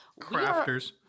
Crafters